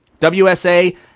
WSA